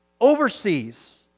overseas